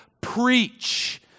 preach